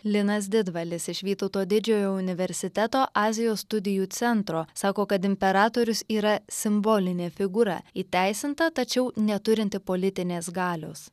linas didvalis iš vytauto didžiojo universiteto azijos studijų centro sako kad imperatorius yra simbolinė figūra įteisinta tačiau neturinti politinės galios